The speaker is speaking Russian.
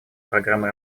программы